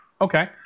Okay